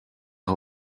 que